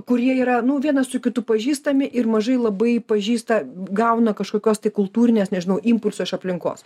kurie yra anų vienas su kitu pažįstami ir mažai labai pažįsta gauna kažkokios tai kultūrinės nežinau impulso iš aplinkos